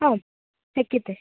आं शक्यते